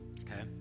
okay